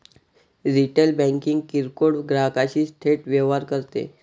retail banking किरकोळ ग्राहकांशी थेट व्यवहार करते